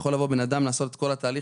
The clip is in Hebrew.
יכול לבוא בן אדם ולעשות את כל התהליך,